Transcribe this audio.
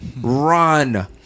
run